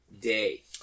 day